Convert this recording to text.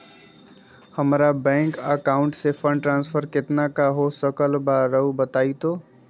हमरा bank account से fund transfer कितना का हो सकल बा रुआ बताई तो?